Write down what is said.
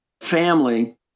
family